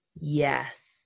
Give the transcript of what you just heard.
Yes